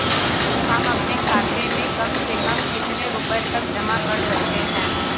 हम अपने खाते में कम से कम कितने रुपये तक जमा कर सकते हैं?